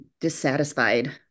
dissatisfied